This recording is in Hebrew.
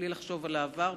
בלי לחשוב על העבר,